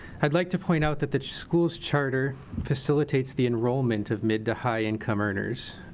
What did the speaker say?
i'd like to point out that the school's charter facilitates the enrollment of mid to high-income earners.